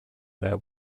their